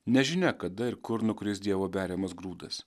nežinia kada ir kur nukris dievo beriamas grūdas